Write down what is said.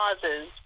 causes